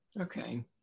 Okay